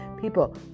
People